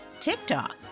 TikTok